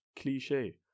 cliche